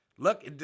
Look